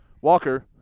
Walker